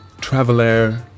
traveler